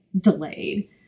delayed